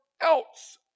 else